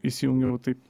įsijungiau taip